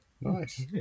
Nice